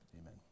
Amen